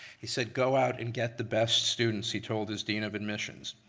he said go out and get the best students he told his dean of admissions.